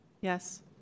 Yes